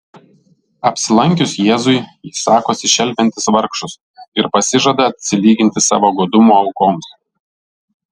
apsilankius jėzui jis sakosi šelpiantis vargšus ir pasižada atsilyginti savo godumo aukoms